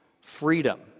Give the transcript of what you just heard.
freedom